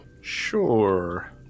Sure